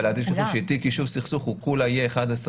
אבל אל תשכחי שתיק ישוב סכסוך יהיה לכל היותר